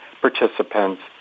participants